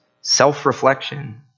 self-reflection